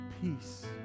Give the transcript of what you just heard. peace